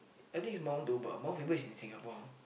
I think it's Mount-Toba Mount-Faber is in Singapore